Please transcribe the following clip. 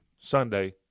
Sunday